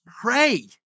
pray